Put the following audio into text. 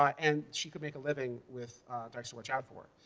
ah and she could make a living with dykes to watch out for.